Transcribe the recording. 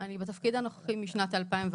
אנחנו מייצגים ילדים